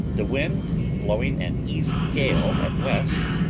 the wind blowing an easy gale at west,